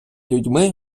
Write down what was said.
людьми